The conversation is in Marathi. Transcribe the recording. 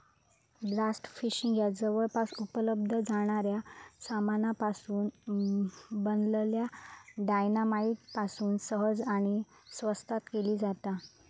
ब्लास्ट फिशिंग ह्या जवळपास उपलब्ध जाणाऱ्या सामानापासून बनलल्या डायना माईट पासून सहज आणि स्वस्तात केली जाता